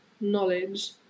knowledge